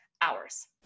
hours